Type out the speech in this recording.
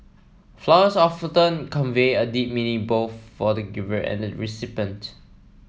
flowers often convey a deep meaning both for the giver and the recipient